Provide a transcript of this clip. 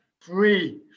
free